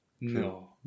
No